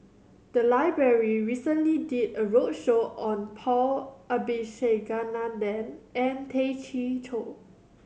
the library recently did a roadshow on Paul Abisheganaden and Tay Chee Toh